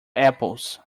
apples